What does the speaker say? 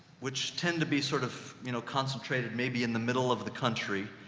which tend to be sort of, you know, concentrated maybe in the middle of the country,